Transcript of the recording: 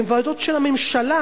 הן ועדות של הממשלה,